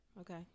Okay